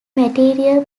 material